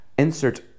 insert